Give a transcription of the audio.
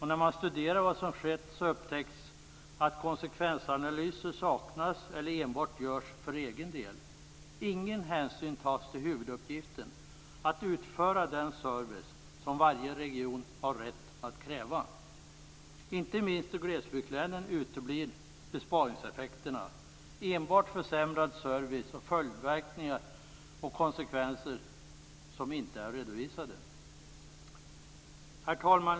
När man studerar vad som skett upptäcks att konsekvensanalyser saknas eller görs enbart för egen del. Ingen hänsyn tas till huvuduppgiften att utföra den service som varje region har rätt att kräva. Inte minst i glesbygdslänen uteblir besparingseffekterna och enbart försämras servicen. Följdverkningar och konsekvenser förblir oredovisade. Herr talman!